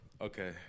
Okay